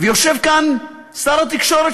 ויושב כאן שר התקשורת,